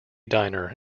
diner